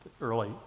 early